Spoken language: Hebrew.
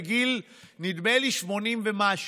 בגיל 80 ומשהו,